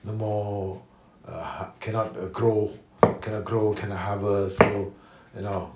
no more uh ha~ cannot uh grow cannot grow cannot harvest so you know